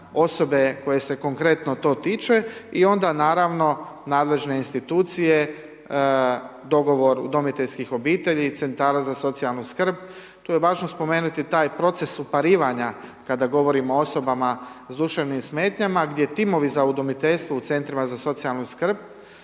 osobe koje se konkretno to tiče i onda naravno nadležne institucije, dogovor udomiteljskih obitelji i centara za socijalnu skrb. Tu je važno spomenuti taj proces uparivanja kada govorimo o osobama s duševnim smetnjama gdje timovi za udomiteljstvo u Centrima za socijalnu skrb